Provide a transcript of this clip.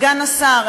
סגן השר,